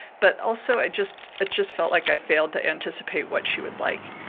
but also, it just it just felt like i failed to anticipate what she would like.